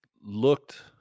looked